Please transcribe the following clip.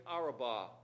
Arabah